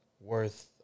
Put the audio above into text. worth